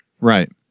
right